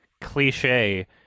cliche